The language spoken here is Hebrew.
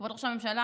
כבוד ראש הממשלה,